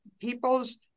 people's